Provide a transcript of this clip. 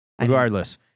Regardless